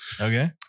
Okay